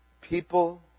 people